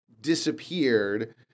disappeared